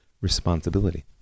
responsibility